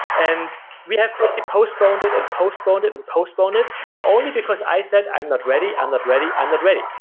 and we have basically postponed it and postponed it and postponed it, and only because i said i'm not ready, i'm not ready, i'm not ready.